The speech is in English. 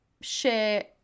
share